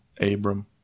Abram